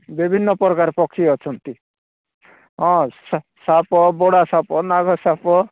ବିଭିନ୍ନ ପ୍ରକାର ପକ୍ଷୀ ଅଛନ୍ତି ହଁ ସାପ ବୋଡ଼ା ସାପ ନାଗ ସାପ